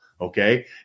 Okay